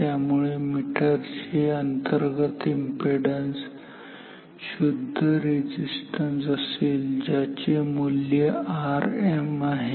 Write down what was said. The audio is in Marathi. त्यामुळे मीटरचे अंतर्गत इम्पेडन्स शुद्ध रेझिस्टन्स असेल ज्याचे मूल्य Rm आहे